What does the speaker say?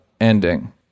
ending